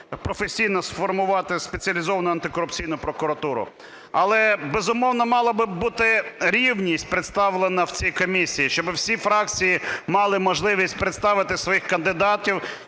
професійно сформувати Спеціалізовану антикорупційну прокуратуру. Але, безумовно, мала би бути рівність представлена в цій комісії, щоб всі фракції мали можливість представити своїх кандидатів